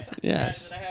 Yes